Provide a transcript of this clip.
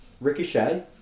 ricochet